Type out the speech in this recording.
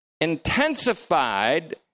intensified